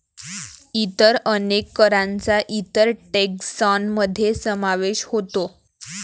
इतर अनेक करांचा इतर टेक्सान मध्ये समावेश होतो